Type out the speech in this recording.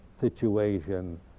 situation